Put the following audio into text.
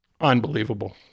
unbelievable